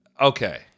Okay